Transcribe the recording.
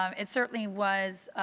um it certainly was